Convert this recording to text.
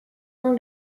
dans